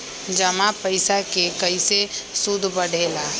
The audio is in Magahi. जमा पईसा के कइसे सूद बढे ला?